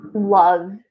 love